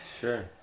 sure